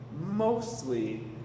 mostly